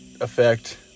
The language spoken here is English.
effect